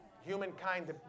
Humankind